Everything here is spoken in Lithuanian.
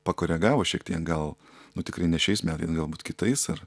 pakoregavo šiek tiek gal nu tikrai ne šiais metais galbūt kitais ar